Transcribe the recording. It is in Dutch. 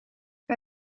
bij